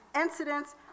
incidents